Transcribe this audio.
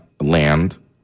land